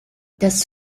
das